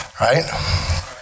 Right